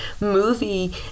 movie